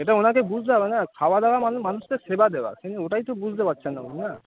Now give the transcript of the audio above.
এটাকে ওনাকে বুঝতে হবে না খাওয়া দাওয়া মানে মানুষকে সেবা দেওয়া কিন্তু ওটাই তো বুঝতে পারছেন না উনি না